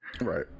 Right